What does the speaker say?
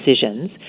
decisions